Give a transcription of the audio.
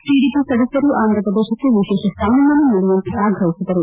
TDP ಸದಸ್ಯರು ಆಂಧ್ರಪ್ರದೇಶಕ್ಕೆ ವಿಶೇಷ ಸ್ವಾನಮಾನ ನೀಡುವಂತೆ ಆಗ್ರಹಿಸಿದರು